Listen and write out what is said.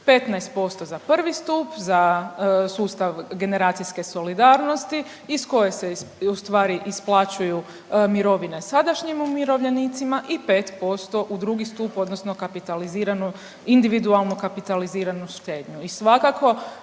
15% za prvi stup za sustav generacijske solidarnosti iz koje se ustvari isplaćuju mirovine sadašnjim umirovljenicima i 5% u drugi stup odnosno kapitaliziranu individualnu kapitaliziranu štednu.